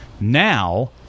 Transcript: Now